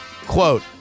Quote